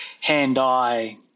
hand-eye